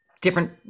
different